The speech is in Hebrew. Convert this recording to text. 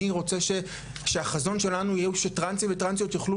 אני רוצה שהחזון שלנו יהיה שטרנסים וטרנסיות יוכלו